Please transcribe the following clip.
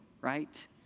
right